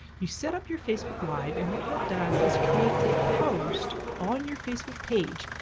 you set up your facebook live, and what that does is creates a post on your facebook page.